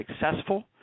successful